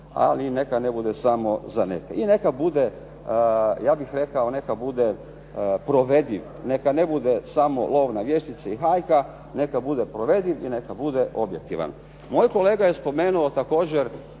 ali neka ne bude samo za neke. I neka bude, ja bih rekao neka bude provediv, neka ne bude samo lov na vještice i hajka, neka bude provediv i neka bude objektivan. Moj kolega je spomenuo također